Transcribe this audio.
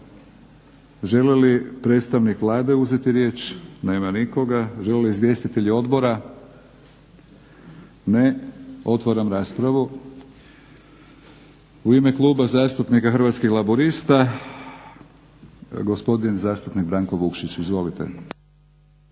Želi li predstavnik Vlade uzeti riječ? Nema nikoga. Žele li izvjestitelji odbora? Ne. Otvaram raspravu. U ime Kluba zastupnika Hrvatskih laburista gospodin zastupnik Branko Vukšić. Izvolite.